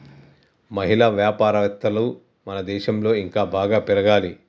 మహిళా వ్యాపారవేత్తలు మన దేశంలో ఇంకా బాగా పెరగాలి